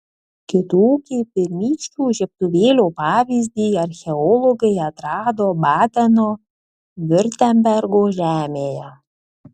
kitokį pirmykščio žiebtuvėlio pavyzdį archeologai atrado badeno viurtembergo žemėje